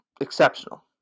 exceptional